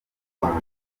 rwanda